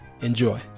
Enjoy